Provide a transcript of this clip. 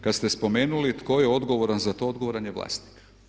Kad ste spomenuli tko je odgovoran za to, odgovoran je vlasnik.